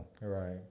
Right